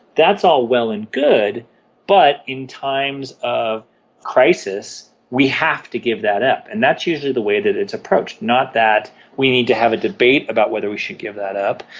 that's all well and good but in times of crisis we have to give that up. and that's usually the way it's approached, not that we need to have a debate about whether we should give that up,